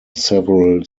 several